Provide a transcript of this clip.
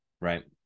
Right